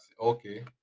okay